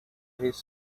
his